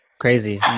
Crazy